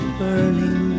burning